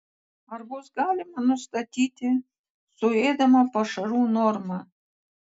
ar bus galima nustatyti suėdamų pašarų normą